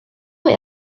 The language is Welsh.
mwy